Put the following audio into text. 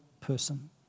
person